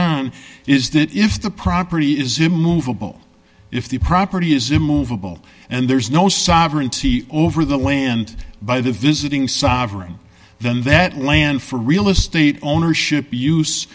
around is that if the property is immovable if the property is immovable and there's no sovereignty over the land by the visiting sovereign then that land for real estate ownership use